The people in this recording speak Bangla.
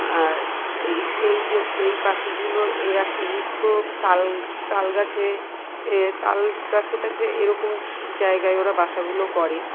আর এই এই যে ওই পাখিগুলোর এরা কি খুব তাল তাল গাছে তাল গাছেটাছে এরকম জায়গায় ওরা বাসাগুলো করে